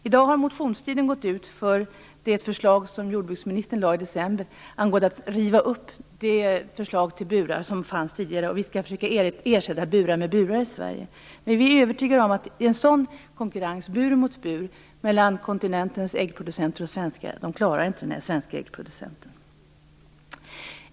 I dag har motionstiden gått ut för det förslag som jordbruksministern lade fram i december om att riva upp det förslag till burar som fanns tidigare. I Sverige skall vi försöka ersätta burar med burar. Vi inom Miljöpartiet är övertygade om att i en sådan konkurrens, bur mot bur, mellan kontinentens äggproducenter och de svenska klarar sig inte de svenska äggproducenterna.